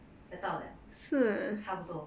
要到了差不多